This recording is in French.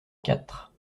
quatre